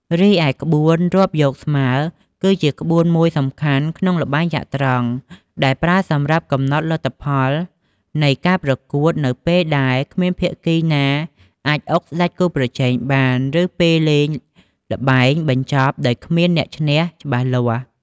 រីឯ ក្បួនរាប់យកស្មើ គឺជាក្បួនមួយសំខាន់ក្នុងល្បែងចត្រង្គ ដែលប្រើសម្រាប់កំណត់លទ្ធផលនៃការប្រកួតនៅពេលដែលគ្មានភាគីណាអាចអុកស្ដេចគូប្រជែងបាន ឬពេលល្បែងបញ្ចប់ដោយគ្មានអ្នកឈ្នះច្បាស់លាស់។